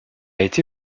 été